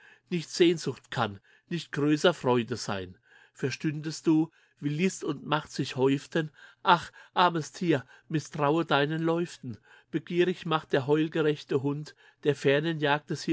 nicht sehnsucht kann nicht größer freude sein verstündest du wie list und macht sich häuften ach armes tier misstraue deinen läuften begierig macht der heulgerechte hund der fernen